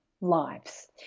lives